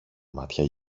μάτια